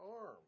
arm